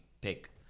pick